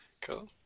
Cool